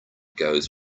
goes